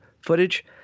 footage